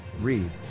Read